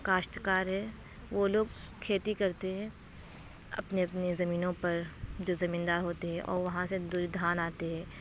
کاشت کار ہے وہ لوگ کھیتی کرتے ہے اپنے اپنے زمینوں پر جو زمین دار ہوتے ہے اور وہاں سے جو دج دھان آتے ہے